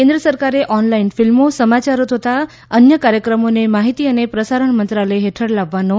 કેન્દ્ર સરકારે ઓનલાઈન ફિલ્મો સમાચારો તથા અન્ય કાર્યક્રમોને માહિતી અને પ્રસારણ મંત્રાલય હેઠળ લાવવાનો આદેશ કર્યો છે